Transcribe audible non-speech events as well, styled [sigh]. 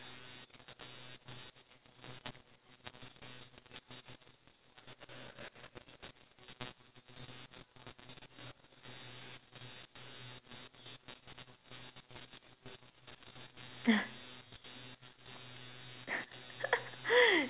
[laughs]